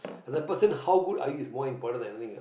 as a person how good are you is more important that thing ah